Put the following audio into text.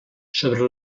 sobre